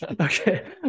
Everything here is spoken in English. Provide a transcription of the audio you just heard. Okay